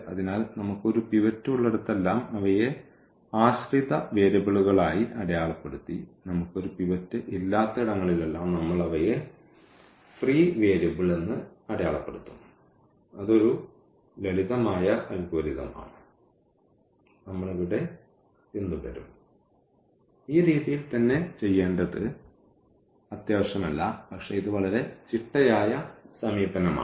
അതിനാൽ നമുക്ക് ഒരു പിവറ്റ് ഉള്ളിടത്തെല്ലാം അവയെ ആശ്രിത വേരിയബിളുകളായി അടയാളപ്പെടുത്തി നമുക്ക് ഒരു പിവറ്റ് ഇല്ലാത്ത ഇടങ്ങളിലെല്ലാം നമ്മൾ അവയെ ഫ്രീ വേരിയബിൾ എന്ന് അടയാളപ്പെടുത്തും അത് ഒരു ലളിതമായ അൽഗോരിതം ആണ് നമ്മൾ ഇവിടെ പിന്തുടരും ഈ രീതിയിൽ തന്നെ ചെയ്യേണ്ടത് അത്യാവശ്യം അല്ല പക്ഷേ ഇത് വളരെ ചിട്ടയായ സമീപനമാണ്